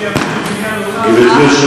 גברתי.